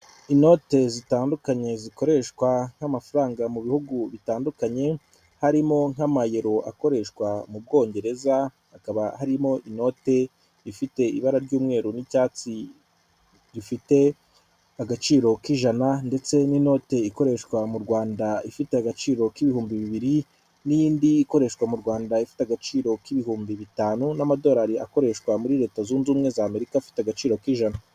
Inote zitandukanye zikoreshwa nk'amafaranga mu bihugu bitandukanye harimo nk'amayero akoreshwa mu Bwongereza, hakaba harimo inote ifite ibara ry'umweru n'icyatsi rifite agaciro k'ijana ndetse n'inote ikoreshwa mu Rwanda ifite agaciro k'ibihumbi bibiri n'indi ikoreshwa mu Rwanda ifite agaciro k'ibihumbi bitanu n'amadolari akoreshwa muri leta Zunze Ubumwe za Amerika afite agaciro k'ijana.